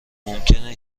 ممکنه